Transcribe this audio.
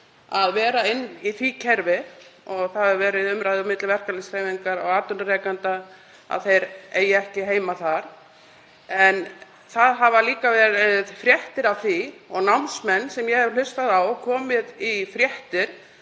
að vera inni í því kerfi. Það hefur verið í umræðu milli verkalýðshreyfingarinnar og atvinnurekenda að námsmenn eigi ekki heima þar. En það hafa líka verið fréttir af því, og námsmenn sem ég hef hlustað á hafa komið í fréttir